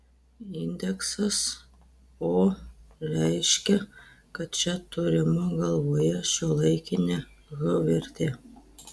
indeksas o reiškia kad čia turima galvoje šiuolaikinė h vertė